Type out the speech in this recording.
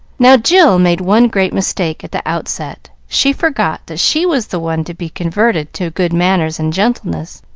now jill made one great mistake at the outset she forgot that she was the one to be converted to good manners and gentleness,